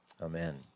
Amen